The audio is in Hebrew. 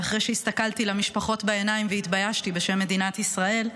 ואחרי שהסתכלתי למשפחות בעיניים והתביישתי בשם מדינת ישראל,